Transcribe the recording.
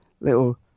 little